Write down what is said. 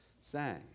sang